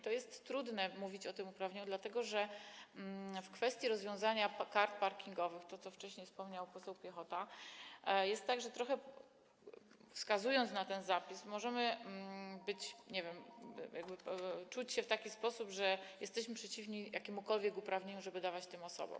To jest trudne mówić o tym uprawnieniu, dlatego że w kwestii rozwiązania problemu kart parkingowych, o czym wcześniej wspomniał poseł Piechota, jest tak, że wskazując na ten zapis, możemy, nie wiem, czuć się w taki sposób, że jesteśmy przeciwni jakiemukolwiek uprawnieniu, żeby je dawać tym osobom.